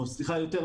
ואפילו יותר מזה.